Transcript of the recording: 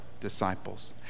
disciples